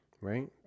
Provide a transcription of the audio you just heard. right